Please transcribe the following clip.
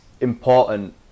important